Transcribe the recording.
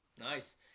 nice